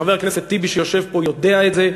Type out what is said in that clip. חבר הכנסת טיבי, שיושב פה, יודע את זה.